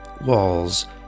walls